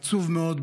עצוב מאוד.